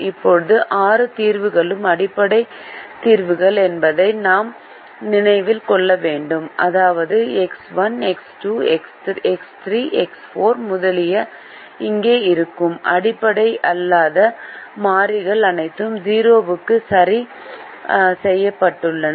இப்போது ஆறு தீர்வுகளும் அடிப்படை தீர்வுகள் என்பதையும் நாம் நினைவில் கொள்ள வேண்டும் அதாவது எக்ஸ் 1 எக்ஸ் 2 எக்ஸ் 2 எக்ஸ் 4 முதலியன இங்கே இருக்கும் அடிப்படை அல்லாத மாறிகள் அனைத்தும் 0 க்கு சரி செய்யப்பட்டுள்ளன